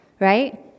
right